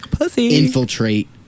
infiltrate